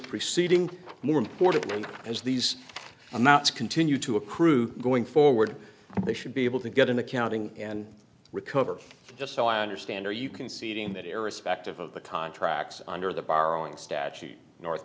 preceding more important and as these amounts continue to accrue going forward they should be able to get an accounting and recover just so i understand are you conceding that irrespective of the contracts under the borrowing statute north